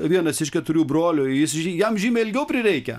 vienas iš keturių brolių jis jam žymiai ilgiau prireikia